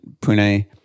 Pune